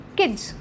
Kids